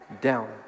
down